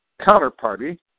counterparty